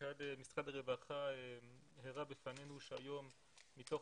מנכ"ל משרד הרווחה הראה לנו שהיום מתוך